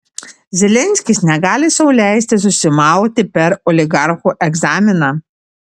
zelenskis negali sau leisti susimauti per oligarchų egzaminą